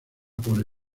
por